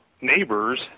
Neighbors